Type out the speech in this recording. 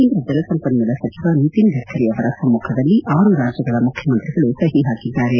ಕೇಂದ್ರ ಜಲಸಂಪನ್ನೂಲ ಸಚಿವ ನಿತಿನ್ ಗಡ್ಡರಿ ಅವರ ಸಮ್ಮಖದಲ್ಲಿ ಆರು ರಾಜ್ಯಗಳ ಮುಖ್ಯಮಂತ್ರಿಗಳು ಸಹಿ ಹಾಕಿದ್ದಾರೆ